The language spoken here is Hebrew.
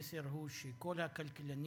המסר הוא שכל הכלכלנים